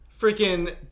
freaking